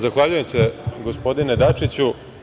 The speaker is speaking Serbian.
Zahvaljujem se, gospodine Dačiću.